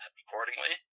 accordingly